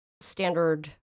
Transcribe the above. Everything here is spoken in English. standard